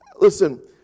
Listen